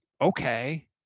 okay